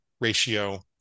ratio